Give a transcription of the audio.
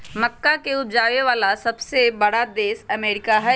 मक्का के उपजावे वाला सबसे बड़ा देश अमेरिका हई